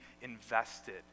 invested